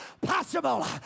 possible